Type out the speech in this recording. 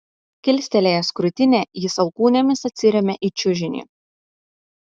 kilstelėjęs krūtinę jis alkūnėmis atsiremia į čiužinį